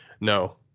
no